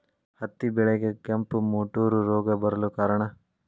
ಹತ್ತಿ ಬೆಳೆಗೆ ಕೆಂಪು ಮುಟೂರು ರೋಗ ಬರಲು ಕಾರಣ?